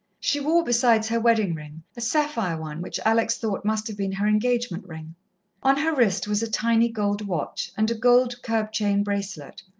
she wore, besides her wedding-ring, a sapphire one, which alex thought must have been her engagement-ring. on her wrist was a tiny gold watch, and a gold curb-chain bracelet.